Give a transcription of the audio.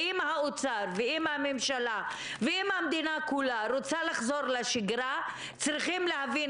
ואם האוצר ואם הממשלה ואם המדינה כולה רוצה לחזור לשגרה צריכים להבין